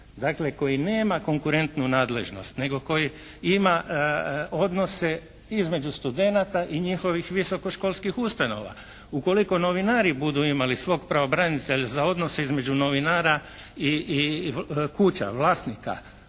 Dakle, koji nema konkurentnu nadležnost nego koji ima odnose između studenata i njihovih visokoškolskih ustanova. Ukoliko novinari budu imali svog pravobranitelja za odnose između novinara i kuća, vlasnika